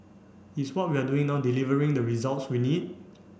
is what we are doing now delivering the results we need